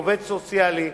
עובד סוציאלי,